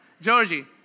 Georgie